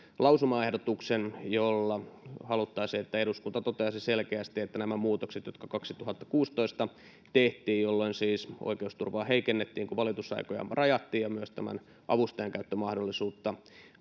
lausumaehdotuksen jolla haluttaisiin että eduskunta toteaisi selkeästi että nämä muutokset jotka kaksituhattakuusitoista tehtiin jolloin siis oikeusturvaa heikennettiin kun valitusaikoja rajattiin ja myös avustajan käyttömahdollisuutta